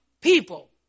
people